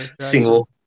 single